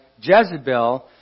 Jezebel